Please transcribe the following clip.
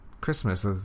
christmas